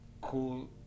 cool